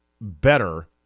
better